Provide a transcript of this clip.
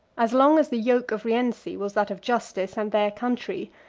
as long as the yoke of rienzi was that of justice and their country,